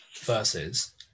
versus